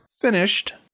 finished